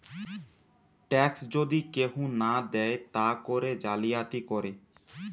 tax যদি কেহু না দেয় তা করে জালিয়াতি করে